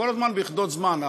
כל הזמן ביחידות זמן,